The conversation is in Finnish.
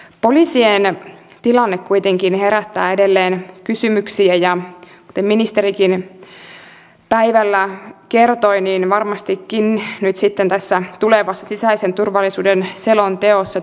poliisien em tilanne kuitenkin kun kansallisen palveluväylän ensimmäiset kokeilut ovat valmiina niin tässä tulevassa sisäisen turvallisuuden selonteossat